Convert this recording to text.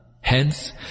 Hence